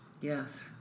Yes